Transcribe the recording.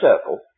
circle